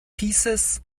pieces